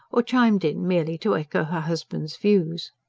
or chimed in merely to echo her husband's views.